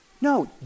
No